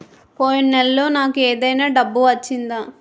పోయిన నెలలో నాకు ఏదైనా డబ్బు వచ్చిందా?